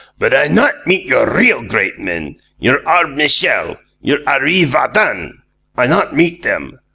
but i not meet your real great men your arbmishel, your arreevadon i not meet them.